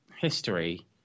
history